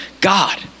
God